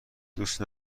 دوست